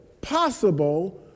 possible